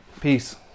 peace